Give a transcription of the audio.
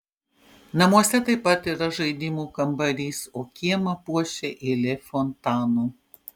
namuose taip pat yra žaidimų kambarys o kiemą puošia eilė fontanų